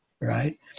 right